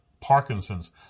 Parkinson's